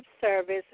service